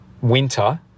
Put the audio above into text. winter